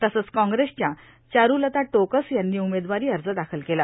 तसंच काँग्रेसच्या चारूलता टोकस यांनी उमेदवारी अर्ज दाखल केला